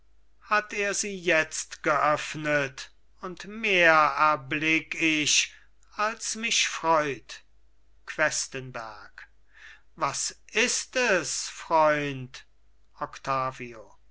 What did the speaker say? hat er sie jetzt geöffnet und mehr erblick ich als mich freut questenberg was ist es freund octavio